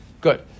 Good